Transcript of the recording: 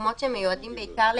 עדיין,